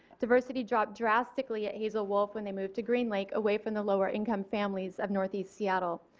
diversity dropped drastically at hazel wolf when they moved to green lake away from the lower income families of northeast seattle.